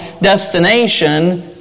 destination